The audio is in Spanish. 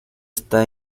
está